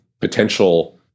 potential